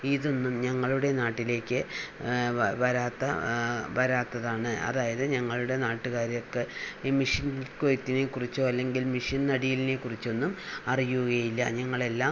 ഇതൊന്നും ഞങ്ങളുടെ നാട്ടിലേക്ക് വരാത്ത വരാത്തതാണ് അതായത് ഞങ്ങളുടെ നാട്ടുകാര്ക്ക് ഈ മിഷ്യൻ കൊയ്ത്തിനെ കുറിച്ചോ അല്ലെങ്കിൽ മെഷ്യൻ നടിലിനെ കുറിച്ചൊന്നും അറിയുകയില്ല ഞങ്ങൾ എല്ലാം